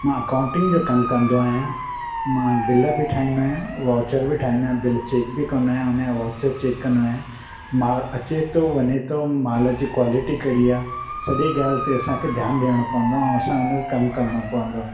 मां अकाउंटिंग जो कमु कंदो आहियां मां बिल बि ठाहींदो आहियां वाउचर बि ठाहींदो आहियां बिल चेक बि कंदो आहियां हुन जा वाउचर चेक कंदो आहियां माल अचे थो वञे थो माल जी क्वालिटी कहिड़ी आहे सॼी ॻाल्हि ते असांखे ध्यानु ॾियणो पवंदो आहे ऐं असांखे कमु करणो पवंदो